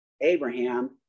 Abraham